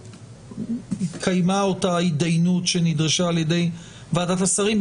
התקיימה אותה התדיינות שנדרשה על ידי ועדת השרים,